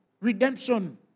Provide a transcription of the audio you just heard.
redemption